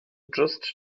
just